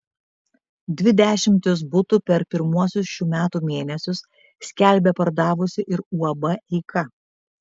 dvi dešimtis butų per pirmuosius šių metų mėnesius skelbia pardavusi ir uab eika